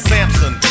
Samson